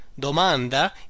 domanda